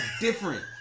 different